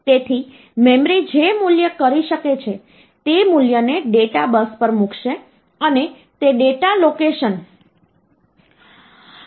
તેથી મેમરી જે મૂલ્ય કરી શકે છે તે મૂલ્યને ડેટા બસ પર મૂકશે અને તે data location content data bus પર આવી શકે છે